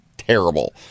Terrible